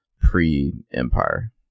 pre-Empire